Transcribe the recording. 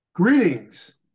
Greetings